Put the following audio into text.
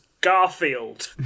Garfield